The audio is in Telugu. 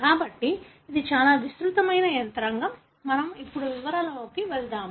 కాబట్టి ఇది చాలా విస్తృతమైన యంత్రాంగం మనము ఇప్పుడు వివరాలలోకి వెళ్లము